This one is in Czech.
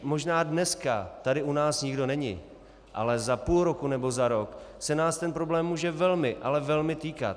Možná dneska tady u nás nikdo není, ale za půl roku nebo za rok se nás ten problém může velmi, ale velmi týkat.